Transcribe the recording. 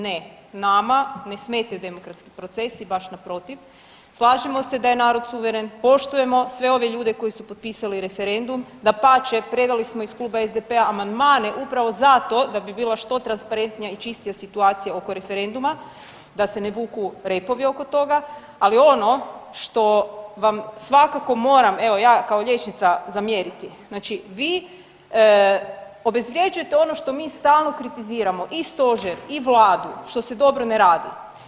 Ne, nama ne smetaju demokratski procesi baš naprotiv, slažemo se da je narod suveren, poštujemo sve ove ljude koji su potpisali referendum, dapače predali smo iz Kluba SDP-a amandmane upravo za to da bi bila što transparentnija i čistija situacija oko referenduma da se ne vuku repovi oko toga, ali ono što vam svakako moram evo ja kao liječnica zamjeriti znači vi obezvrjeđujete ono što mi stalno kritiziramo i stožer i vladu što se dobro ne radi.